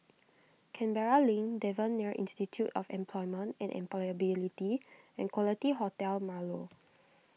Canberra Link Devan Nair Institute of Employment and Employability and Quality Hotel Marlow